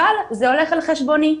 אבל זה הולך על חשבוני.